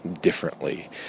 differently